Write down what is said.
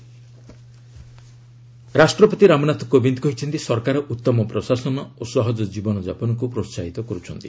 president ରାଷ୍ଟ୍ରପତି ରାମନାଥ କୋବିନ୍ଦ କହିଛନ୍ତି ସରକାର ଉତ୍ତମ ପ୍ରଶାସନ ଓ ସହଜ ଜୀବନଯାପନକୁ ପ୍ରୋହାହିତ କରୁଛନ୍ତି